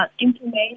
information